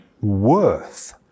worth